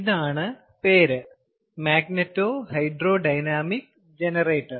ഇതാണ് പേര് magnetohydrodynamic generator